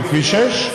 על כביש 6?